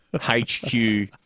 HQ